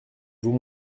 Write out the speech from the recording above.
vous